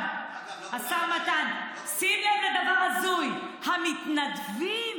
השר מתן, שים לב לדבר הזוי: המתנדבים